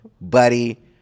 buddy